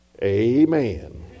Amen